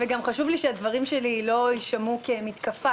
וגם חשוב לי שהדברים שלי לא יישמעו כמתקפה,